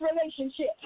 relationship